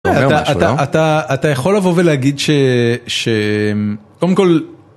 אתה אתה אתה יכול לבוא ולהגיד ש..ש... קודם כל...